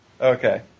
Okay